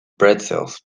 pretzels